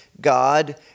God